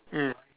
mm